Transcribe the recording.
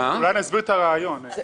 אולי אסביר את הרעיון.